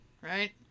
right